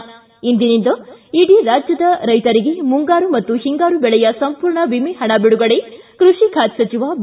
ಿ ಇಂದಿನಿಂದ ಇಡೀ ರಾಜ್ಯದ ರೈತರಿಗೆ ಮುಂಗಾರು ಮತ್ತು ಹಿಂಗಾರು ಬೆಳೆಯ ಸಂಪೂರ್ಣ ವಿಮೆ ಹಣ ಬಿಡುಗಡೆ ಕೃಷಿ ಖಾತೆ ಸಚಿವ ಬಿ